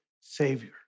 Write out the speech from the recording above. Savior